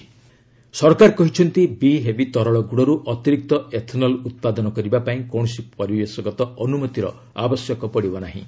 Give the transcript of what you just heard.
ethanol ସରକାର କହିଛନ୍ତି B heavy ତରଳ ଗୁଡ଼ରୁ ଅତିରିକ୍ତ ଏଥନଲ ଉତ୍ପାଦନ କରିବା ପାଇଁ କୌଣସି ପରିବେଶଗତ ଅନୁମତିର ଆବଶ୍ୟକ ପଡ଼ିବ ନାହିଁ